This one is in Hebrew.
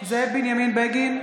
זאב בנימין בגין,